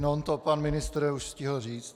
On to pan ministr už stihl říct.